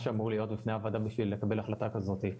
שאמור להיות בפני הוועדה בשביל לקבל החלטה כזאת.